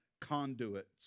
conduits